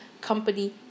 company